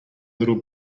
little